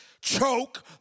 choke